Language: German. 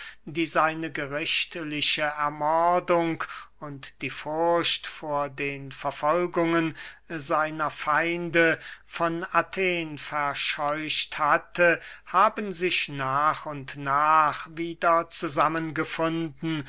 die seine gerichtliche ermordung und die furcht vor den verfolgungen seiner feinde von athen verscheucht hatte haben sich nach und nach wieder